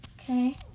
Okay